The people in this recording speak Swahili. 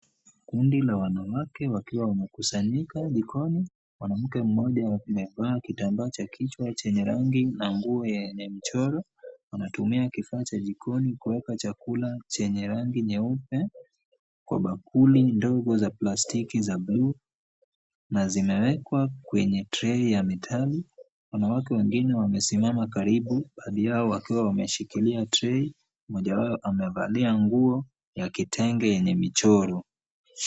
Kundi la wanawake wakiwa wamekusanyika jikoni, mwanamke mmoja amevaa kitambaa cha kichwa chenye rangi na nguo yenye mchoro, anatumia kifaa cha jikoni kuweka chakula chenye rangi nyeupe kwa bakuli ndogo za plastiki za bluu na zimewekwa kwenye trei ya metali . Wanawake wengine wamesimama karibu baadhi yao wakiwa wameshikilia trei , mmoja wao amevalia nguo ya kitenge yenye michoro.